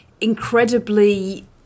incredibly